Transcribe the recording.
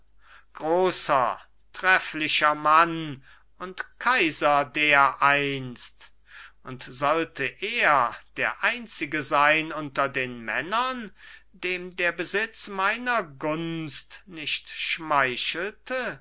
großer trefflicher mann und kaiser dereinst und sollte er der einzige sein unter den männern dem der besitz meiner gunst nicht schmeichelte